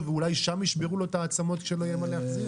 ואולי שם ישברו לו את העצמות כשלא יהיה מה להחזיר?